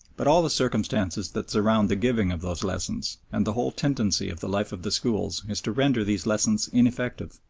but all the circumstances that surround the giving of those lessons and the whole tendency of the life of the schools is to render these lessons ineffective,